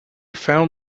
found